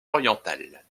oriental